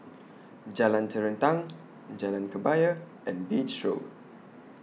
Jalan Terentang Jalan Kebaya and Beach Road